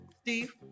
Steve